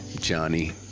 Johnny